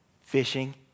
fishing